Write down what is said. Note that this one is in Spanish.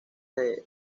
del